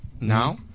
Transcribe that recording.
Now